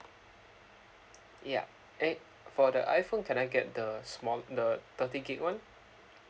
yup eh for the iphone can I get the small the thirty gig [one]